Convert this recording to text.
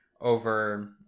over